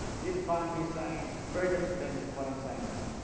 you would find me saying very different things from what i'm saying now.